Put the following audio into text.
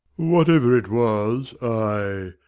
whatever it was, i.